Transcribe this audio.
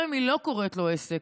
גם אם היא לא קוראת לו "סגר",